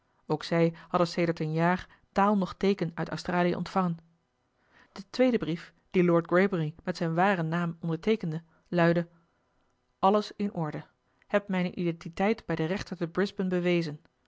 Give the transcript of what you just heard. ook zij hadden sedert een jaar taal noch teeken uit australië ontvangen de tweede brief dien lord greybury met zijn waren naam onderteekende luidde alles in orde heb mijne identiteit bij den rechter te brisbane bewezen